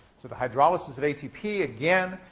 so the hydrolysis of atp, again,